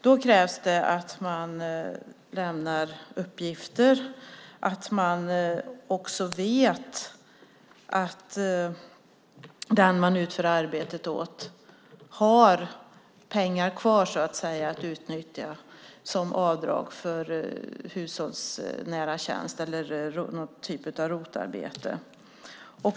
Det krävs att man lämnar uppgifter och att man också vet att den man utför arbetet åt så att säga har pengar kvar att utnyttja som avdrag för hushållsnära tjänster eller någon typ av ROT-arbete.